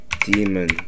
demon